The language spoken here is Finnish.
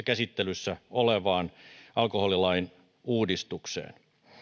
käsittelyssä olevaan alkoholilain uudistukseen